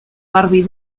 garbi